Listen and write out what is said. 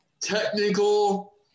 technical